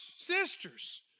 sisters